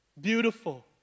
Beautiful